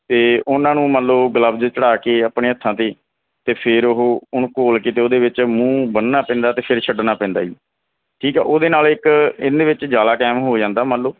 ਅਤੇ ਉਹਨਾਂ ਨੂੰ ਮੰਨ ਲਉ ਗਲਬਜ਼ ਚੜ੍ਹਾ ਕੇ ਆਪਣੇ ਹੱਥਾਂ 'ਤੇ ਅਤੇ ਫਿਰ ਉਹ ਉਹਨੂੰ ਘੋਲ ਕੇ ਅਤੇ ਉਹਦੇ ਵਿੱਚ ਮੂੰਹ ਬੰਨ੍ਹਣਾ ਪੈਂਦਾ ਅਤੇ ਫਿਰ ਛੱਡਣਾ ਪੈਂਦਾ ਜੀ ਠੀਕ ਆ ਉਹਦੇ ਨਾਲ ਇੱਕ ਇਹਦੇ ਵਿੱਚ ਜਾਲਾ ਕਾਇਮ ਹੋ ਜਾਂਦਾ ਮੰਨ ਲਉ